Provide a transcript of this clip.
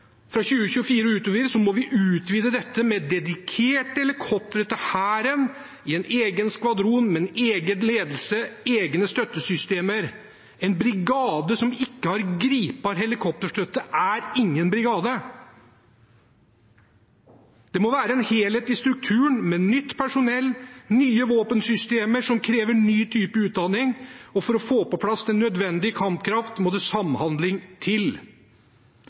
fra 2024 og utover må vi utvide dette med dedikerte helikoptre til Hæren i en egen skvadron med en egen ledelse og egne støttesystemer. En brigade som ikke har gripbar helikopterstøtte, er ingen brigade. Det må være en helhet i strukturen, med nytt personell og nye våpensystemer som krever ny type utdanning. Og for å få på plass den nødvendige kampkraft må det samhandling til.